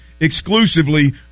exclusively